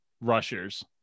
rushers